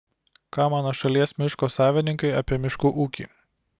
ką mano šalies miško savininkai apie miškų ūkį